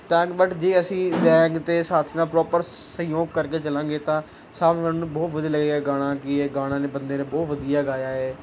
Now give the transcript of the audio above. ਤਾਂ ਕਿ ਬਟ ਜੇ ਅਸੀਂ ਬੈਂਡ ਅਤੇ ਸਾਥੀ ਨਾਲ ਪ੍ਰੋਪਰ ਸਹਿਯੋਗ ਕਰਕੇ ਚੱਲਾਂਗੇ ਤਾਂ ਸਾਹਮਣੇ ਵਾਲੇ ਨੂੰ ਬਹੁਤ ਵਧੀਆ ਲੱਗੇਗਾ ਗਾਣਾ ਕਿ ਇਹ ਗਾਉਣ ਵਾਲੇ ਬੰਦੇ ਨੇ ਬਹੁਤ ਵਧੀਆ ਗਾਇਆ ਹੈ